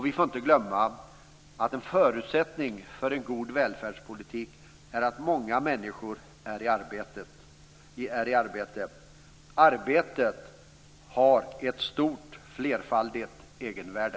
Vi får inte glömma att en förutsättning för en god välfärdspolitik är att många människor är i arbete. Arbetet har ett stort egenvärde.